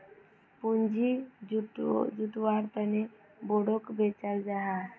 पूँजी जुत्वार तने बोंडोक बेचाल जाहा